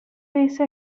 base